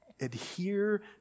Adhere